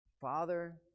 Father